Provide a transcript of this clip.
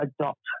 adopt